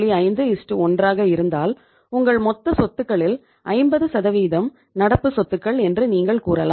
51 ஆக இருந்தால் உங்கள் மொத்த சொத்துகளில் 50 நடப்பு சொத்துகள் என்று நீங்கள் கூறலாம்